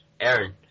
Aaron